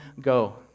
go